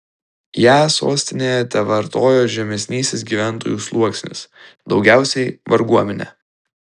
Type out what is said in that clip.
ją sostinėje tevartojo žemesnysis gyventojų sluoksnis daugiausiai varguomenė